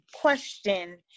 question